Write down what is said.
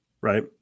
right